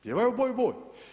Pjevao je u boj, u boj.